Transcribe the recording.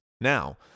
Now